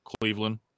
Cleveland